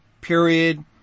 period